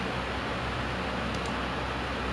what I want to do for the future and also like